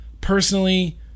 personally